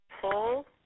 pull